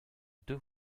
deux